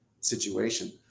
situation